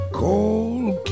cold